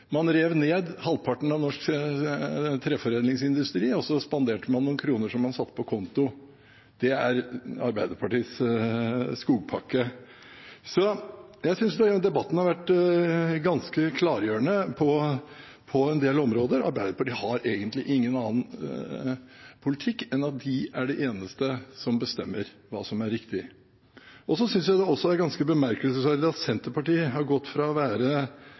Man rev ned halvparten av norsk treforedlingsindustri, og så spanderte man noen kroner som man satte på konto. Det er Arbeiderpartiets skogpakke. Jeg synes debatten har vært ganske klargjørende på en del områder. Arbeiderpartiet har egentlig ingen annen politikk enn at de er de eneste som bestemmer hva som er riktig. Jeg synes også det er ganske bemerkelsesverdig at Senterpartiet har gått fra å være